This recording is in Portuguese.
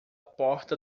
porta